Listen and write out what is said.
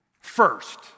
first